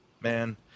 Man